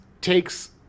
takes